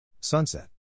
Sunset